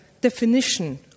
definition